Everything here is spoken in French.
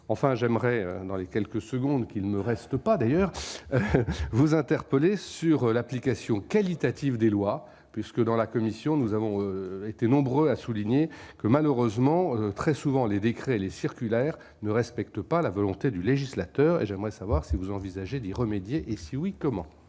enfin j'aimerais dans les quelques secondes qu'il me reste pas, d'ailleurs vous interpeller sur l'application qualitative des lois puisque dans la Commission nous avons été nombreux à souligner que, malheureusement, très souvent, les décrets, les circulaires ne respectent pas la volonté du législateur et j'aimerais savoir si vous envisagez d'y remédier et si oui comment.